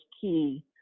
key